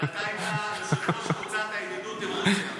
אבל אתה היית יושב-ראש קבוצת הידידות עם רוסיה.